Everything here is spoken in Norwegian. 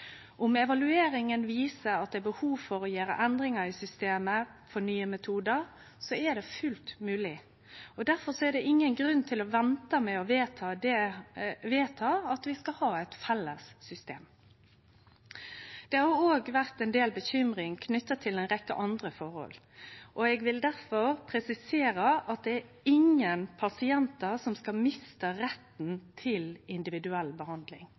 evalueringa viser at det er behov for å gjere endringar i systemet for nye metodar, er det fullt mogleg. Difor er det ingen grunn til å vente med å vedta at vi skal ha eit felles system. Det har også vore ein del bekymring knytt til ei rekkje andre forhold. Eg vil difor presisere at ingen pasientar skal miste retten til individuell